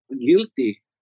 guilty